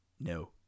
No